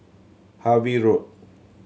Harvey Road